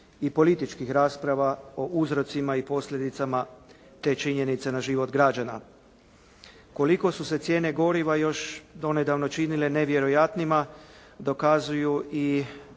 i političkih rasprava o uzrocima i posljedicama te činjenice na život građana. Koliko su se cijene goriva još do nedavno činile nevjerojatnima dokazuju i